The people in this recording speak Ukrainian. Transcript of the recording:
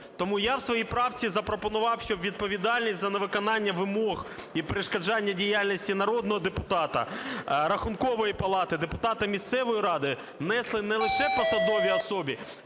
Тому я в своїй правці запропонував, щоб відповідальність за невиконання вимог і перешкоджання діяльності народного депутата, Рахункової палати, депутата місцевої ради несли не лише посадові особи,